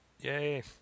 Yay